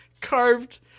carved